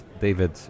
David